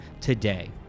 today